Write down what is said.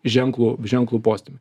ženklų ženklų postūmį